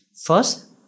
First